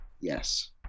Yes